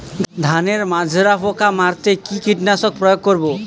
ধানের মাজরা পোকা মারতে কি কীটনাশক প্রয়োগ করব?